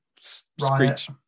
Screech